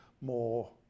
more